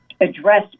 address